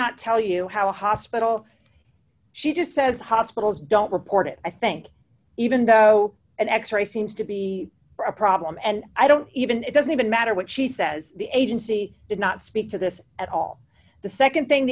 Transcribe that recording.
not tell you how hospital she just says hospitals don't report it i think even though an x ray seems to be a problem and i don't even it doesn't even matter what she says the agency did not speak to this at all the nd thing